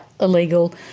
illegal